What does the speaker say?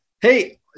Hey